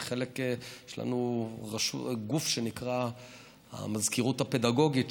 יש לנו גוף שנקרא המזכירות הפדגוגית,